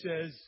says